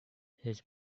his